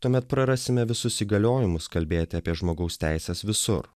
tuomet prarasime visus įgaliojimus kalbėti apie žmogaus teises visur